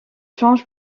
change